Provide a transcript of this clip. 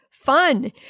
fun